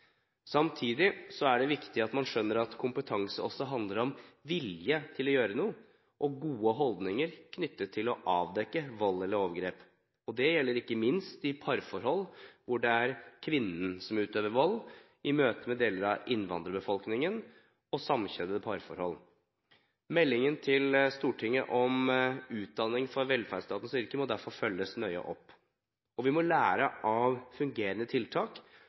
Samtidig er det viktig at man skjønner at kompetanse også handler om vilje til å gjøre noe og gode holdninger knyttet til å avdekke vold eller overgrep. Det gjelder ikke minst i parforhold hvor det er kvinnen som utøver vold, i møte med deler av innvandrerbefolkningen og samkjønnede parforhold. Meldingen til Stortinget om utdanning for velferdsstatens yrker må derfor følges nøye opp. Vi må lære av fungerende tiltak